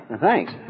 Thanks